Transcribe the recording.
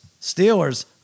Steelers